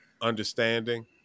understanding